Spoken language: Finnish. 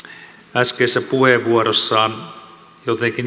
äskeisessä puheenvuorossaan jotenkin